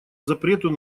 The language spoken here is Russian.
запрету